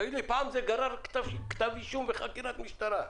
פעם זה גרר כתב אישום וחקירת משטרה.